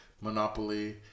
Monopoly